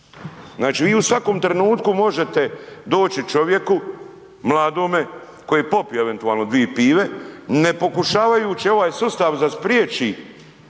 Znači vi u svakom trenutku možete doći čovjeku, mladome koji popije eventualno dvije pive ne pokušavajući ovaj sustav da spriječi